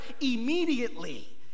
Immediately